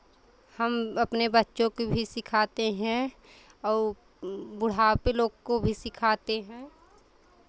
हम अपने बच्चों के भी सिखाते हैं और बुढ़ापे लोग को भी सिखाते हैं